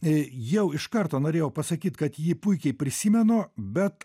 jau iš karto norėjau pasakyt kad jį puikiai prisimenu bet